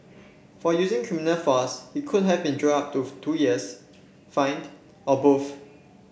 for using criminal force he could have been jailed up to two years fined or both